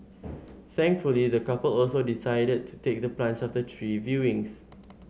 thankfully the couple also decided to take the plunge after three viewings